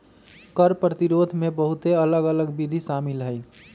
कर प्रतिरोध में बहुते अलग अल्लग विधि शामिल हइ